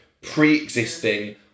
pre-existing